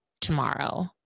tomorrow